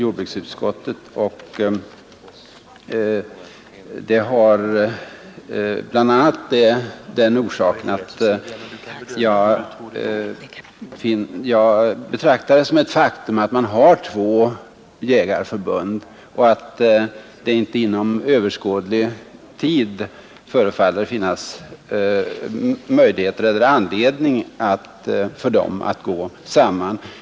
Orsaken till att jag anslutit mig till reservationen är bl.a. att vi ju har två jägarförbund, och det förefaller inte inom överskådlig tid finnas vare sig möjligheter eller anledning för dem att gå samman.